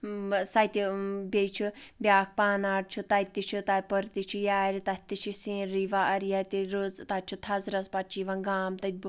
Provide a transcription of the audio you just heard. سُہٕ تہِ بیٚیہِ چھُ بِیَاکھ پاناڑ چھُ تَتہِ تہِ چھِ تَپٲرۍ تہِ چھِ یارِ تَتھ تہِ چھِ سیٖنری واریاہ رٕژ تَتہِ چھُ تھزرَس پَتہٕ چھِ یِوَان گام تَتہِ